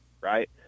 right